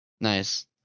Nice